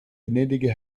gnädige